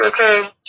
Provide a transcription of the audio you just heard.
okay